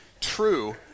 true